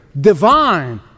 divine